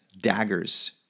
daggers